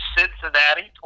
Cincinnati